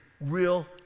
real